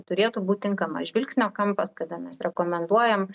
turėtų būt tinkamas žvilgsnio kampas kada mes rekomenduojam